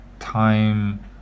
Time